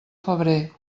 febrer